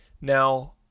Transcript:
Now